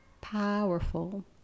powerful